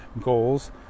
goals